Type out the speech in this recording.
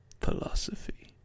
Philosophy